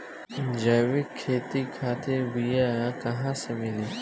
जैविक खेती खातिर बीया कहाँसे मिली?